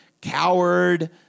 coward